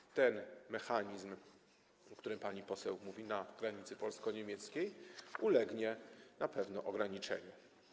I ten mechanizm, o którym pani poseł mówi, na granicy polsko-niemieckiej ulegnie na pewno ograniczeniu.